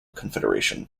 confederation